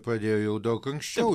pradėjo jau daug anksčiau